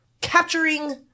capturing